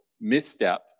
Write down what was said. misstep